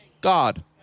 God